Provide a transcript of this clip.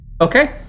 Okay